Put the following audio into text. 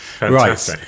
Right